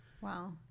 Wow